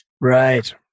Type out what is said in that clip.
Right